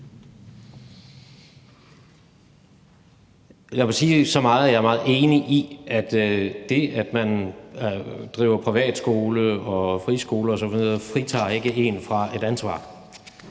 jeg er meget enig i, at det, at man driver privatskole og friskole osv. ikke fritager en fra et ansvar,